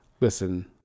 listen